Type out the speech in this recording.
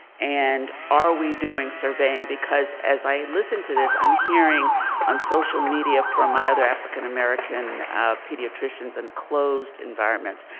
and are we doing surveying? because as i listen to this i'm hearing on social media from my other african american pediatricians in and closed environments,